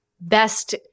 best